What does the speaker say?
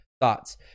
Thoughts